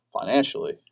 financially